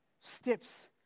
steps